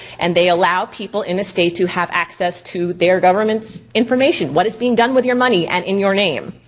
and they allow people in the state to have access to their government's information. what is being done with your money and in your name.